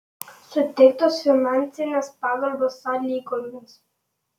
suteiktos finansinės pagalbos sąlygomis